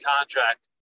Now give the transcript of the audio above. contract